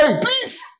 please